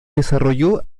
desarrolló